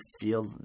feel